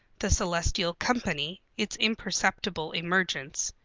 the celestial company, its imperceptible emergence,